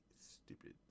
stupid